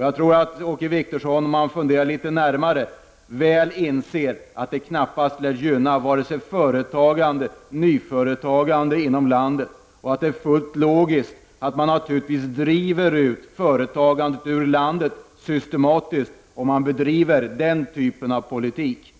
Jag tror att Åke Wictorsson, om han funderar litet närmare på det, väl inser att det knappast gynnar vare sig företagande eller nyföretagande i landet och att det är fullständigt logiskt att man driver ut företagandet ur landet systematiskt om man bedriver den typen av politik.